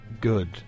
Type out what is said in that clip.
Good